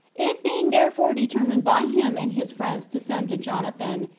it being therefore determined by him and his friends to send to jonathan,